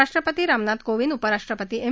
राष्ट्रपती रामनाथ कोविंद उपराष्ट्रपती एम